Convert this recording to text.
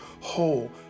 whole